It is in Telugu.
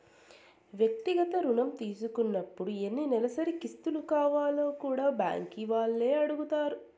వ్యక్తిగత రుణం తీసుకున్నపుడు ఎన్ని నెలసరి కిస్తులు కావాల్నో కూడా బ్యాంకీ వాల్లే అడగతారు